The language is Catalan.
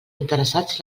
interessats